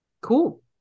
cool